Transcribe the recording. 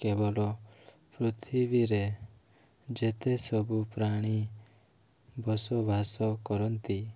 କେବଳ ପୃଥିବୀରେ ଯେତେ ସବୁ ପ୍ରାଣୀ ବସବାସ କରନ୍ତି